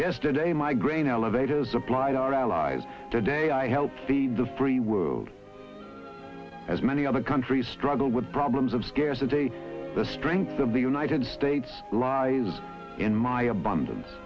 yesterday my grain elevators supply our allies the day i help feed the free world as many other countries struggle with problems of scarcity the strength of the united states lies in my abundance